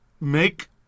Make